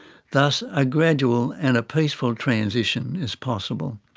thus a gradual and peaceful transition is possible.